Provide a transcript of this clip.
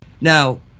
Now